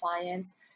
clients